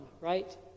right